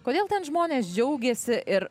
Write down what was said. kodėl ten žmonės džiaugiasi ir